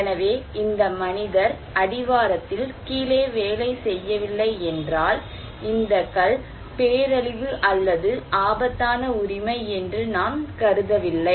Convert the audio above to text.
எனவே இந்த மனிதர் அடிவாரத்தில் கீழே வேலை செய்யவில்லை என்றால் இந்த கல் பேரழிவு அல்லது ஆபத்தான உரிமை என்று நாம் கருதவில்லை